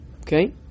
Okay